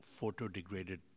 photodegraded